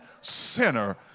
sinner